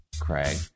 Craig